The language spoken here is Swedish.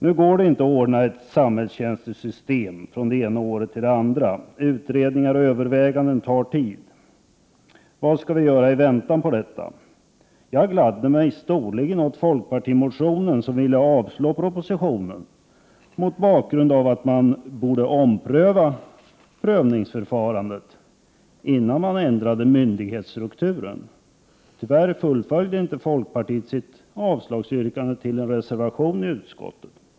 Nu går det inte att ordna ett samhällstjänstesystem från det ena året till det andra — utredningar och överväganden tar tid. Vad skall vi göra i väntan på detta? Jag gladde mig storligen åt folkpartimotionen med förslag om att avslå propositionen mot bakgrund av att man borde ompröva prövningsförfarandet innan man ändrade myndighetsstrukturen. Tyvärr fullföljde inte folkpartiet sitt avslagsyrkande med en reservation till betänkandet.